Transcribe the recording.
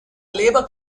labor